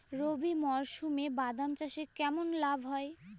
রবি মরশুমে বাদাম চাষে কেমন লাভ হয়?